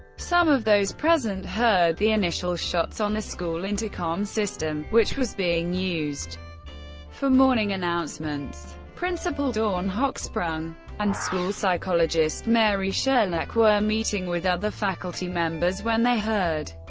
some of those present heard the initial shots on the school intercom system, which was being used for morning announcements. principal dawn hochsprung and school psychologist mary sherlach were meeting with other faculty members when they heard,